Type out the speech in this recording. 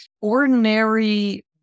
ordinary